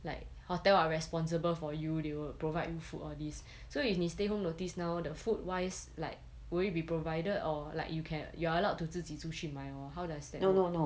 like hotel are responsible for you they will provide you food all these so if 你 stay home notice now the food wise like will it be provided or like you can you are allowed to 自己出去买 or how does that work